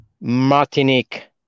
Martinique